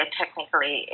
technically